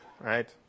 right